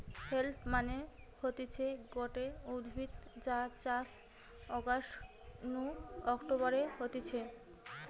hemp মানে হতিছে গটে উদ্ভিদ যার চাষ অগাস্ট নু অক্টোবরে হতিছে